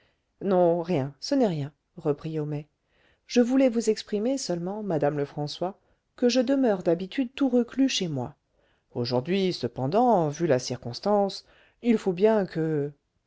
non rien ce n'est rien reprit homais je voulais vous exprimer seulement madame lefrançois que je demeure d'habitude tout reclus chez moi aujourd'hui cependant vu la circonstance il faut bien que